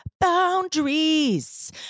boundaries